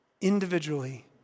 individually